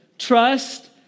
Trust